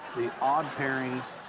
the odd pairings.